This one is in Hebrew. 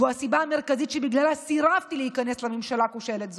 והוא הסיבה המרכזית שבגללה סירבתי להיכנס לממשלה כושלת זו.